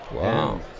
Wow